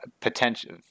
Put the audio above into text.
potential